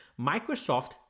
Microsoft